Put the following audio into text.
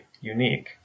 unique